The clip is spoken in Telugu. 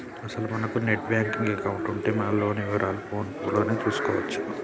అసలు మనకు నెట్ బ్యాంకింగ్ ఎకౌంటు ఉంటే మన లోన్ వివరాలు ఫోన్ లోనే చూసుకోవచ్చు